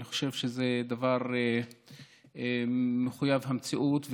אני חושב שזה דבר מחויב המציאות,